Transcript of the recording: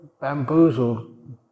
bamboozled